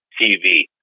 TV